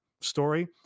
story